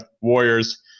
Warriors